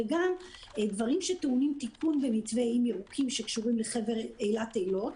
וגם דברים שטעונים תיקון במתווה איים ירוקים שקשורים לחבל אילת-אילות.